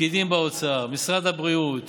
פקידים באוצר, משרד הבריאות,